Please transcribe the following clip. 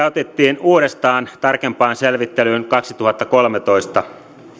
otettiin uudestaan tarkempaan selvittelyyn kaksituhattakolmetoista